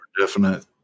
definite